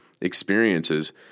experiences